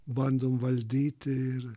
bandom valdyti ir